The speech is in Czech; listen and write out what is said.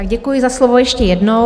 Děkuji za slovo ještě jednou.